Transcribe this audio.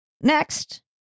Next